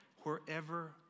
wherever